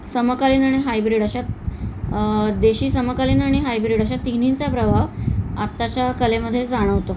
समकालीन आणि हायब्रीड अशा देशी समकालीन आणि हायब्रीड अशा तिन्हींचा प्रभाव आत्ताच्या कलेमध्ये जाणवतो